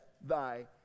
thy